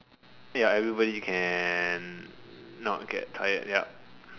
ya everybody can not get tired ya